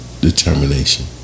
determination